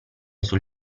sul